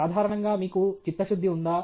సాధారణంగా మీకు చిత్తశుద్ధి ఉందా